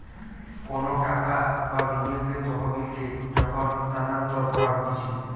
কোনো টাকা বা বিনিয়োগের তহবিলকে যখন স্থানান্তর করা হতিছে